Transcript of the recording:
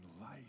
life